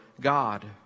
God